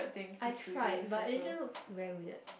I tried but it just looks very weird